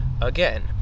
again